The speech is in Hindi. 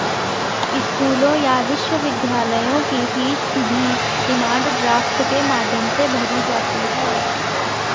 स्कूलों या विश्वविद्यालयों की फीस भी डिमांड ड्राफ्ट के माध्यम से भरी जाती है